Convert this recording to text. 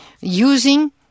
using